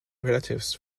relatives